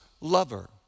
lover